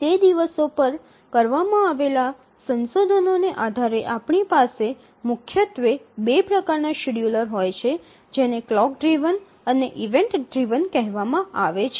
તે દિવસો પર કરવામાં આવેલા સંશોધનને આધારે આપણી પાસે મુખ્યત્વે બે પ્રકારનાં શેડ્યુલર હોય છે જેને ક્લોક ડ્રિવન અને ઇવેન્ટ ડ્રિવન કહેવામાં આવે છે